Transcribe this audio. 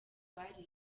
barishwe